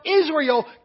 Israel